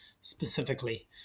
specifically